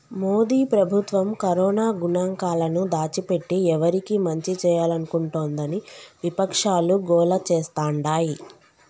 మోదీ ప్రభుత్వం కరోనా గణాంకాలను దాచిపెట్టి ఎవరికి మంచి చేయాలనుకుంటోందని విపక్షాలు గోల చేస్తాండాయి